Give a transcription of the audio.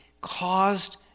caused